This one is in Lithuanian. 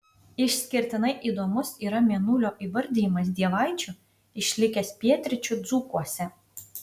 išskirtinai įdomus yra mėnulio įvardijimas dievaičiu išlikęs pietryčių dzūkuose